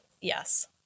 Yes